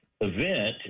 event